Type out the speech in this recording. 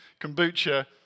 kombucha